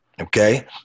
Okay